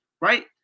right